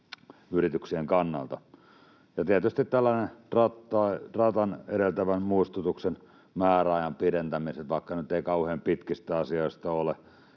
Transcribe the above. yrityksien kannalta. Ja tietysti tällaiset tratan, edeltävän muistutuksen, määräajan pidentämiset, vaikka nyt ei kauhean pitkistä asioista ole